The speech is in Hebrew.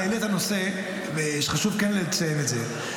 אתה העלית נושא שחשוב כן לציין אותו,